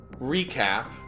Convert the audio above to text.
recap